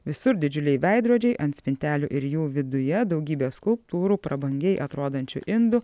visur didžiuliai veidrodžiai ant spintelių ir jų viduje daugybė skulptūrų prabangiai atrodančių indų